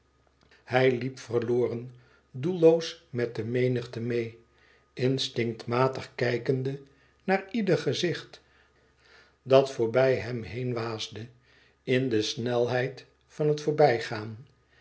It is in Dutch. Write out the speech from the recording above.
hij liep verloren doelloos met de menigte meê instinctmatig kijkende naar ieder gezicht dat voorbij hem heen waasde in de snelheid van het voorbijgaan